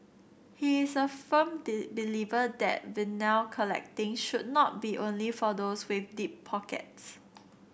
he is a firm believer that collecting should not be only for those with deep pockets